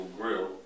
Grill